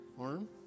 arm